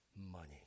money